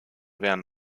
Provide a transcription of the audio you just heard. wären